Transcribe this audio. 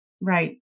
right